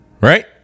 right